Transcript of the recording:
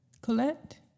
Colette